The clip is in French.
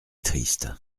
triste